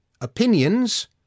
Opinions